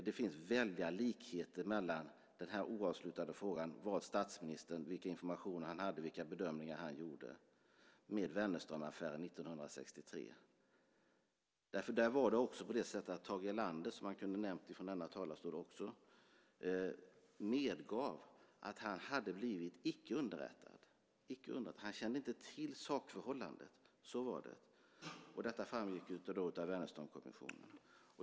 Det finns väldiga likheter mellan den här oavslutade frågan - vilken information statsministern hade och vilka bedömningar han gjorde - och Wennerströmaffären 1963. Där var det också så att Tage Erlander, som man också kunde ha nämnt ifrån denna talarstol, medgav att han icke hade blivit underrättad. Han kände inte till sakförhållandet; så var det. Detta framgick av Wennerströmkommissionen.